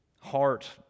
heart